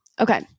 Okay